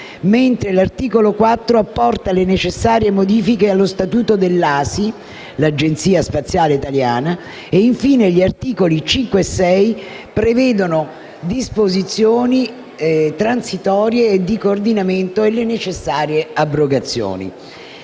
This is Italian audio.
mentre l'articolo 4 apporta le necessarie modifiche allo statuto dell'ASI, l'Agenzia spaziale italiana. Infine, gli articoli 5 e 6 prevedono disposizioni transitorie e di coordinamento e le necessarie abrogazioni.